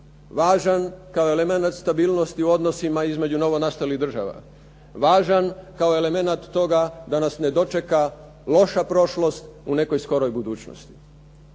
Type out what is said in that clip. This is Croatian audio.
Važan kao i elemenat stabilnosti u odnosima između novonastalih država, važan kao elemenat toga da nas ne dočeka loša prošlost u nekoj skoroj budućnosti.